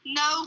no